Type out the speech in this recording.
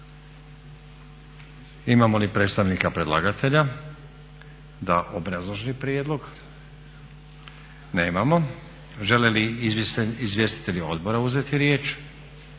Imamo li predstavnika predlagatelja da obrazloži prijedlog? Nemamo. Žele li izvjestitelji odbora uzeti riječ?